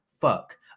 fuck